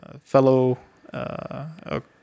fellow